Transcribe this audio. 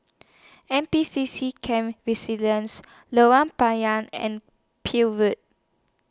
N P C C Camp Resilience Lorong Payah and Peel Road